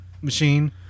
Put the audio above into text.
machine